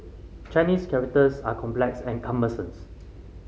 Chinese characters are complex and